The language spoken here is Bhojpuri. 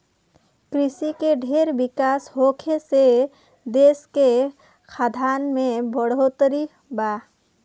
कृषि के ढेर विकास होखे से देश के खाद्यान में बढ़ोतरी बा